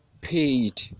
paid